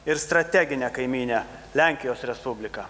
ir strateginę kaimynę lenkijos respubliką